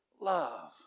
love